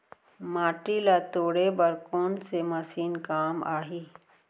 माटी ल तोड़े बर कोन से मशीन काम आही?